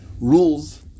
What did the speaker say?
Rules